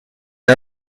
are